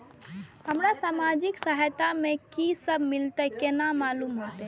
हमरा सामाजिक सहायता में की सब मिलते केना मालूम होते?